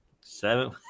Seven